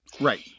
Right